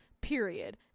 period